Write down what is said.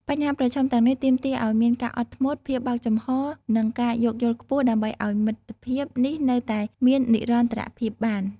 បញ្ហាប្រឈមទាំងនេះទាមទារឲ្យមានការអត់ធ្មត់ ភាពបើកចំហរនិងការយោគយល់ខ្ពស់ដើម្បីឲ្យមិត្តភាពនេះនៅតែមាននិរន្តរភាពបាន។